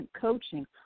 coaching